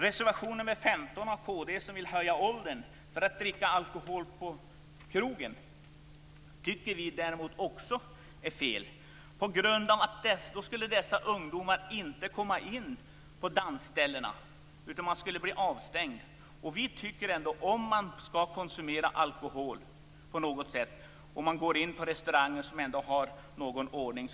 Reservation 15 av kd handlar om höjd åldersgräns för att dricka alkohol på krogen. Det tycker vi däremot är fel. Då skulle ungdomarna inte komma in på dansställen utan bli utestängda. Skall man konsumera alkohol på något sätt skall det ske på restauranger som ändå har någon ordning.